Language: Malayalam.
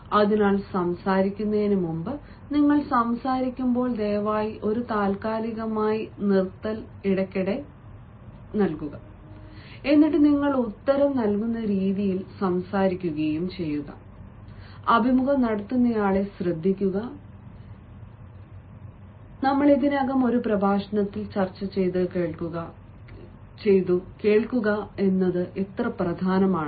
അതിനാൽ സംസാരിക്കുന്നതിന് മുമ്പ് നിങ്ങൾ സംസാരിക്കുമ്പോൾ ദയവായി ഒരു താൽക്കാലികമായി നിർത്തുക എന്നിട്ട് നിങ്ങൾ ഉത്തരം നൽകുന്ന രീതിയിൽ സംസാരിക്കുകയും ചെയ്യുക അഭിമുഖം നടത്തുന്നയാളെ ശ്രദ്ധിക്കുക ഞങ്ങൾ ഇതിനകം ഒരു പ്രഭാഷണത്തിൽ ചർച്ചചെയ്തു കേൾക്കുക എത്ര പ്രധാനമാണ് എന്ന്